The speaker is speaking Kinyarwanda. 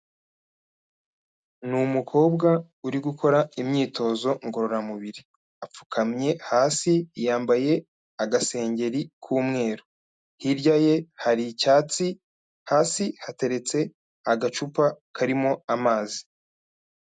N'umukobwa uri gukora imyitozo ngororamubiri apfukamye hasi yambaye agaseri k'umweru hirya ye hari icyatsi hasi hateretse agacupa karimo amazi.